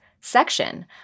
section